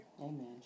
Amen